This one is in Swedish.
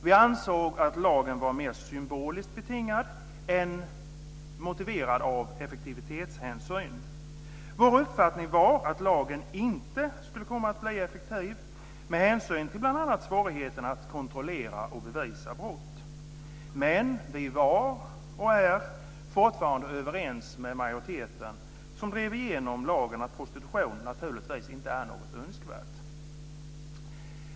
Vi ansåg att lagen var mer symboliskt betingad än motiverad av effektivitetshänsyn. Vår uppfattning var att lagen inte skulle komma att bli effektiv med hänsyn till bl.a. svårigheterna att kontrollera och bevisa brott. Men vi var, och är fortfarande, överens med majoriteten, som drev igenom lagen, om att prostitution naturligtvis inte är något som är önskvärt.